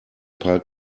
paar